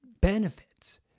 benefits